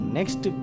Next